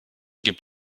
gibt